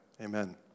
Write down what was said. Amen